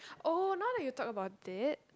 oh now that you talk about it